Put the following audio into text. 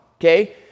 Okay